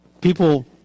people